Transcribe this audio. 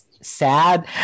sad